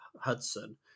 Hudson